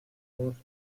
los